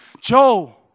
Joe